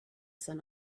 sun